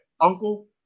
uncle